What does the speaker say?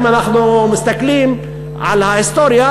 אם אנחנו מסתכלים על ההיסטוריה,